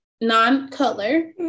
non-color